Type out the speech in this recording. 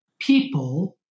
people